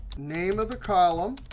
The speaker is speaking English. name of the column,